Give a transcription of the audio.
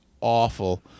awful